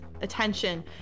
attention